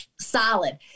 solid